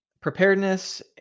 preparedness